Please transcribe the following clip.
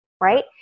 right